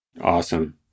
Awesome